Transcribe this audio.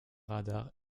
radar